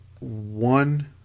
one